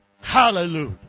Hallelujah